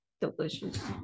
delicious